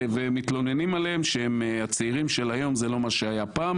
ואז גם מתלוננים עליהם שהצעירים של היום זה לא מה שהיה פעם